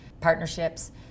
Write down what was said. partnerships